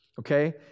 Okay